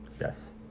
Yes